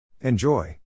Enjoy